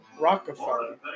Rockefeller